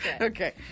Okay